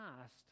past